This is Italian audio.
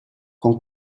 con